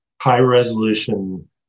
high-resolution